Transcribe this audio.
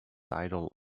tidal